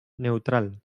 neutral